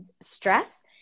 stress